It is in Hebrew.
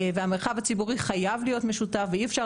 והמרחב הציבורי חייב להיות משותף ואי אפשר